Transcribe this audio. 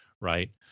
right